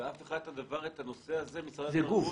ואת הנושא הזה משרד התרבות --- זה גוף,